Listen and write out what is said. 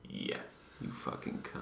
Yes